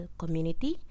community